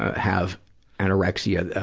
have anorexia,